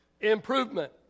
Improvement